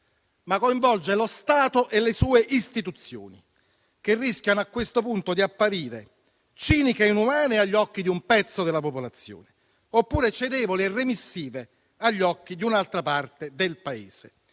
ma coinvolge lo Stato e le sue istituzioni, che rischiano, a questo punto, di apparire ciniche e inumane agli occhi di un pezzo della popolazione, oppure cedevoli e remissive agli occhi di un'altra parte del Paese.